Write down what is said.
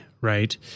right